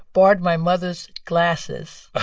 borrowed my mother's glasses ah